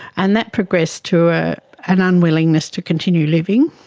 and that progressed to ah an unwillingness to continue living.